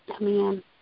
amen